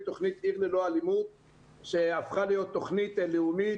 תכנית עיר ללא אלימות שהפכה להיות תכנית לאומית